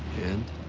and?